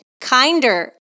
kinder